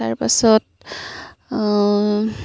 তাৰ পাছত